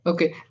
Okay